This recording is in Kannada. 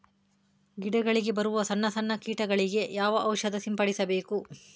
ಗಿಡಗಳಿಗೆ ಬರುವ ಸಣ್ಣ ಸಣ್ಣ ಕೀಟಗಳಿಗೆ ಯಾವ ಔಷಧ ಸಿಂಪಡಿಸಬೇಕು?